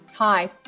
Hi